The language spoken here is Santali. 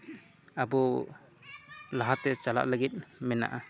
ᱟᱵᱚ ᱞᱟᱦᱟᱛᱮ ᱪᱟᱞᱟᱜ ᱞᱟᱹᱜᱤᱫ ᱢᱮᱱᱟᱜᱼᱟ